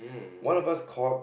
one of us caught